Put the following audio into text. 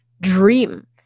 dream